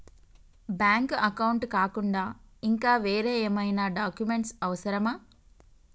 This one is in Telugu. బ్యాంక్ అకౌంట్ కాకుండా ఇంకా వేరే ఏమైనా డాక్యుమెంట్స్ అవసరమా?